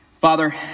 Father